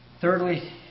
Thirdly